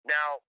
Now